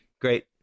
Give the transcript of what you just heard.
Great